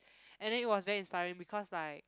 and then it was very inspiring because like